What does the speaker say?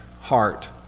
heart